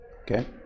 Okay